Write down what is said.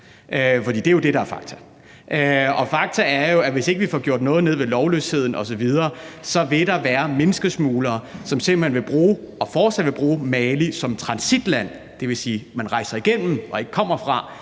For det er jo det, der er fakta. Og fakta er jo, at der, hvis vi ikke får gjort noget ved lovløsheden osv., vil være menneskesmuglere, som simpelt hen fortsat vil bruge Mali som transitland. Det vil sige, at man rejser igennem Mali, men man